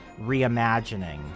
reimagining